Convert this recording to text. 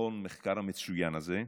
המחקר המצוין הזה,